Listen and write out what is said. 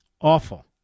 awful